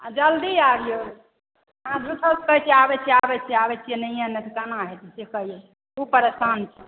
आ जल्दी आबियौ